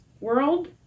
world